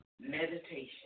meditation